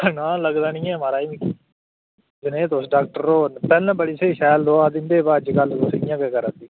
ना लगदा निं ऐ मा'राज मिगी जनेह् तुस डाक्टर होर न पैह्लें बड़ी स्हेई शैल दोआऽ दिंदे हे बो अजकल तुस इ'यां गै करा दे